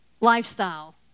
lifestyle